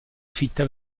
fitta